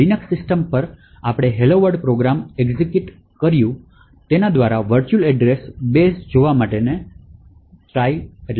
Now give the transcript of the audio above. Linux system પર આપણે hello world program execute કરી રહ્યું છે તે દ્વારા વર્ચુઅલ એડ્રેસ બેઝ જોવા માટે સમર્થ હોઈશું